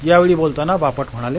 यावेळी बोलताना बापट म्हणाले